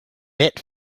bit